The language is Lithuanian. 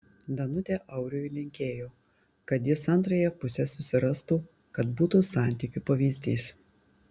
danutė auriui linkėjo kad jis antrąją pusę susirastų kad būtų santykių pavyzdys